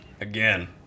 Again